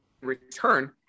return –